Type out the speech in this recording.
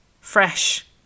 fresh